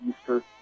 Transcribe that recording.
Easter